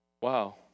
Wow